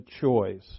choice